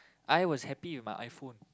I was happy with my iPhone